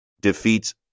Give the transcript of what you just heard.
defeats